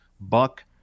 Buck